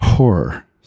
horror